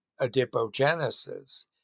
adipogenesis